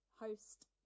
host